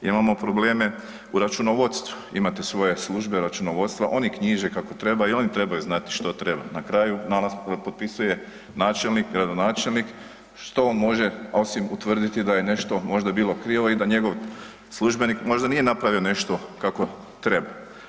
Imamo probleme u računovodstvu, imate svoje službe računovodstva, oni knjiže kako treba i oni trebaju znati što treba, na kraju nalaz potpisuje načelnik, gradonačelnik, što on može osim utvrditi da je nešto možda bilo krivo i da njegov službenik možda nije napravio nešto kako treba.